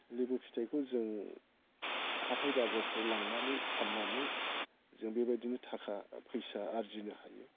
लेबु फिथाइखौ जों हाथाय बाजारफोराव लांनानै फाननानै जों बेबायदिनो थाखा फैसा आरजिनो हायो